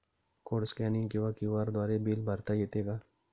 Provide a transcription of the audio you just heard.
Code scanning किंवा QR द्वारे bill भरता येते का?